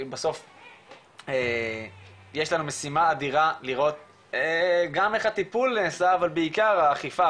בסוף יש לנו משימה אדירה לראות גם איך הטיפול נעשה אבל בעיקר האכיפה,